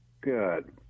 good